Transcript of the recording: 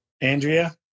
Andrea